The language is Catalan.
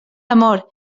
amor